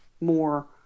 more